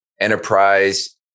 enterprise